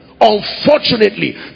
Unfortunately